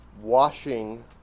washing